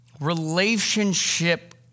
relationship